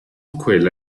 quella